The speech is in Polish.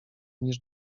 niż